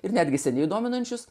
ir netgi seniai dominančius